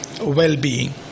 well-being